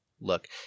look